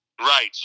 Right